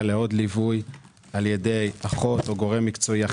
לעוד ליווי על ידי אחות או גורם מקצועי אחר.